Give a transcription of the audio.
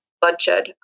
bloodshed